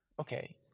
Okay